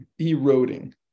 eroding